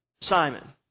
Simon